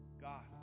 God